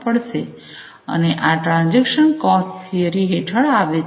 અને આ transaction cost theory હેઠળ આવે છે